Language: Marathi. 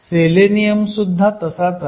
सेलेनियम सुद्धा तसाच आहे